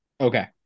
Okay